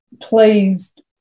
pleased